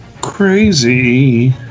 Crazy